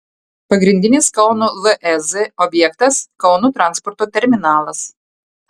pagrindinis kauno lez objektas kauno transporto terminalas